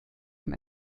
vom